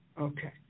Okay